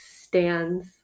stands